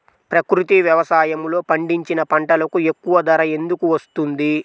ప్రకృతి వ్యవసాయములో పండించిన పంటలకు ఎక్కువ ధర ఎందుకు వస్తుంది?